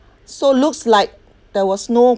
so looks like there was no